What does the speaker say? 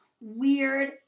weird